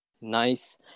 Nice